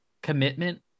Commitment